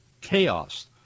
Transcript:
chaos